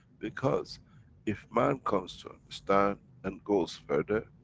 because if man comes to understand and goes further,